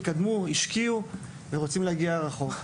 התקדמו, השקיעו ורוצים להגיע רחוק.